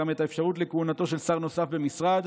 גם את האפשרות לכהונתו של שר נוסף במשרד.